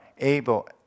able